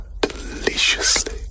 deliciously